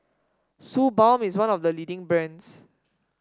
Suu Balm is one of the leading brands